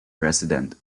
resident